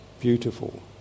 beautiful